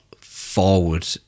forward